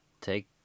take